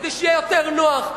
כדי שיהיה יותר נוח,